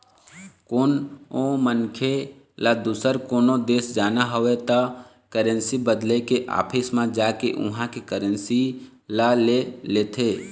कोनो मनखे ल दुसर कोनो देश जाना हवय त करेंसी बदले के ऑफिस म जाके उहाँ के करेंसी ल ले लेथे